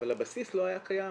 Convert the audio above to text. אבל הבסיס לא היה קיים.